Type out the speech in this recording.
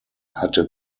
hatte